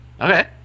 okay